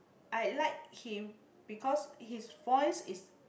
I like him because his voice is